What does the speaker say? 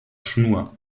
schnur